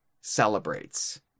celebrates